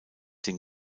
den